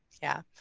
yeah.